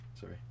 Sorry